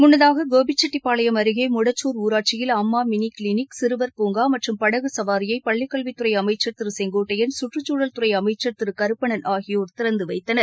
முன்னதாக கோபிச்செட்டிப்பாளையம் அருகே மொடச்சூர் ஊராட்சியில் அம்மா மினி கிளினிக் சிறுவர் பூங்கா மற்றும் படகு சவாரியை பள்ளி கல்வித் துறை அமைச்சர் திரு செங்கோட்டையன் சுற்றுச்சூழல் துறை அமைச்சர் திரு கருப்பணன் ஆகியோர் திறந்து வைத்தனர்